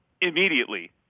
immediately